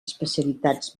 especialitats